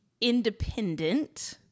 Independent